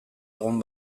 egon